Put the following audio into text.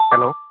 hello